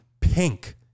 pink